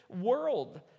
world